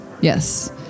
Yes